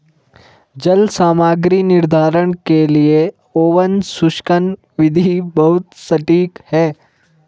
जल सामग्री निर्धारण के लिए ओवन शुष्कन विधि बहुत सटीक है